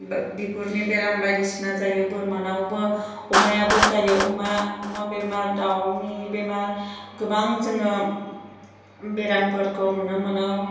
बिगुरनि बेराम बायदिसिना जायो बोरमानावबो अमायाबो जायो अमा अमा बेमार दाउनि बेमार गोबां जोङो बेरामफोरखौ नुनो मोनो